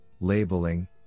labeling